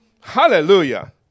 Hallelujah